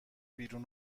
بیرون